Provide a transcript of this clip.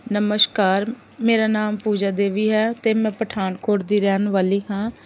ਨਮਸਕਾਰ ਮੇਰਾ ਨਾਮ ਪੂਜਾ ਦੇਵੀ ਹੈ ਅਤੇ ਮੈਂ ਪਠਾਨਕੋਟ ਦੀ ਰਹਿਣ ਵਾਲੀ ਹਾਂ